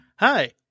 Hi